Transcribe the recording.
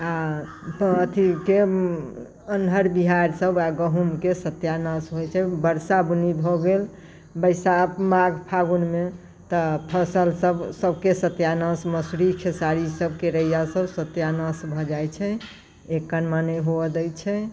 आ अथीके अन्हरि बिहरि सब ओएह गहुँमके सत्यानाश होइत छै बरसा बुन्नी भऽ गेल बैसाख माघ फागुनमे तऽ फसल सब सबके सत्यानाश मसुरी खेसारी सब केरया सब सत्यानाश भऽ जाइत छै एक कनबा नहि हुअ दय छै